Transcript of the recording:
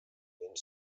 fent